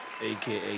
AKA